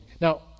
Now